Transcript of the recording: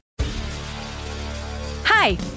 Hi